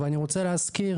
ואני רוצה להזכיר